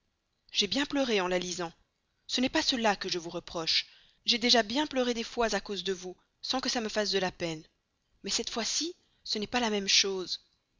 j'ai bien pleuré en la lisant ce n'est pas cela que je vous reproche j'ai déjà bien pleuré des fois à cause de vous sans que ça me fasse de la peine mais cette fois-ci ce n'est pas la même chose